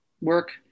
work